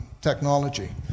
technology